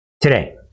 today